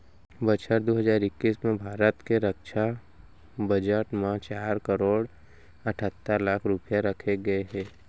बछर दू हजार इक्कीस म भारत के रक्छा बजट म चार करोड़ अठत्तर लाख रूपया रखे गए हे